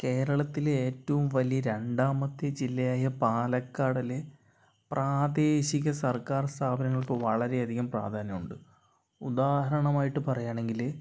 കേരളത്തിലെ ഏറ്റവും വലിയ രണ്ടാമത്തെ ജില്ലയായ പാലക്കാടിലെ പ്രാദേശിക സർക്കാർ സ്ഥാപനങ്ങൾക്ക് വളരെയധികം പ്രാധാന്യം ഉണ്ട് ഉദാഹരണമായിട്ട് പറയുകയാണെങ്കിൽ